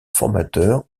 formateur